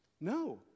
No